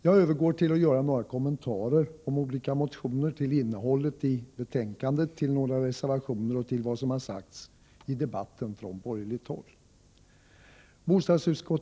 Jag övergår till att göra några kommentarer om olika motioner, till innehållet i betänkandet, till några reservationer och till vad som sagts i debatten från borgerligt håll.